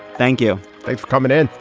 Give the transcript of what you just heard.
thank you like for coming in.